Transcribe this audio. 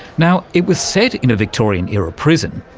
now, it was set in a victorian-era prison,